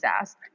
asked